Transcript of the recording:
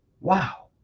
Wow